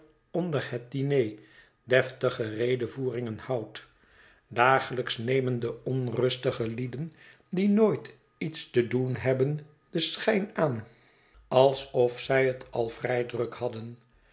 onder het diner deftige redevoeringen houdt dagelijks nemen de onrustige lieden die nooit iets te doen hebben den schijn aan alsof zij het al vrij druk hadden